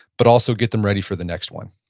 but also get them ready for the next one?